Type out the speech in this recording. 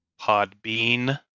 Podbean